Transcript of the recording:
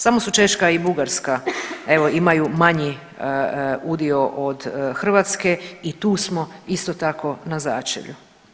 Samo su Češka i Bugarska, evo imaju manji udio od Hrvatske i tu smo isto tako na začelju.